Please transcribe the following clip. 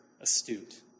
astute